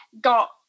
got